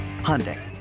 Hyundai